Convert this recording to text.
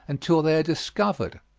until they are discovered,